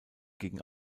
gegen